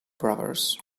brothers